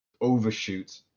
overshoot